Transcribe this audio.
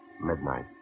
Midnight